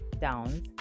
downs